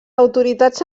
autoritats